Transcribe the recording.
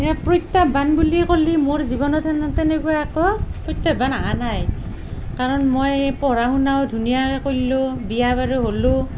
এয়া প্ৰত্যাহ্বান বুলি ক'লে মোৰ জীৱনত সেনে তেনেকুৱা একো প্ৰত্যাহ্বান অহা নাই কাৰণ মই পঢ়া শুনাও ধুনীয়াকৈ কইল্লু বিয়া বাৰু হ'লোঁ